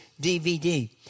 DVD